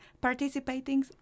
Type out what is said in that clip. participating